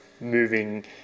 moving